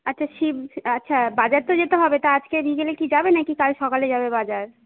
আচ্ছা শিব আচ্ছা বাজার তো যেতে হবে তা আজকে বিকেলে কি যাবে না কি কাল সকালে যাবে বাজার